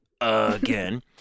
again